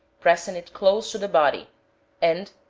pressing it close to the body and,